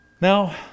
Now